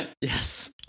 Yes